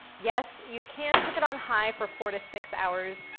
yes, you can cook it on high for four to six hours,